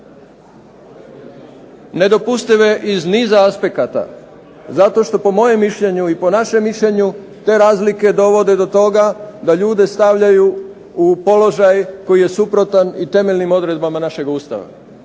Nedopustive iz niza aspekata zato što po mojem mišljenju i po našem mišljenju te razlike dovode do toga da ljude stavljaju u položaj koji je suprotan i temeljnim odredbama našeg Ustava,